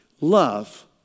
Love